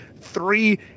three